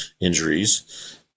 injuries